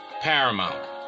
paramount